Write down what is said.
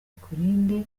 ikurinde